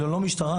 ללא משטרה.